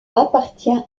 appartient